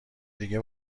دیگه